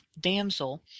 damsel